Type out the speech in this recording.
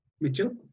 Mitchell